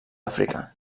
àfrica